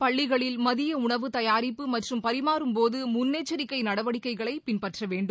பள்ளிகளில் மதிய உணவு தயாரிப்பு மற்றும் பரிமாறும் போது முன்னெச்சரிக்கை நடவடிக்கைகளை பின்பற்ற வேண்டும்